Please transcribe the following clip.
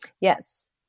Yes